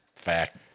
fact